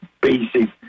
basic